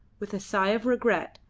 with a sigh of regret,